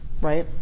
right